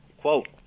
quote